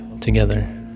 together